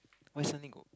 why suddenly got